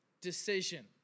decision